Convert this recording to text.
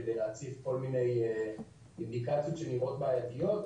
על מנת להציף כל מיני אינדיקציות שנראות בעייתיות.